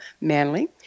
Manley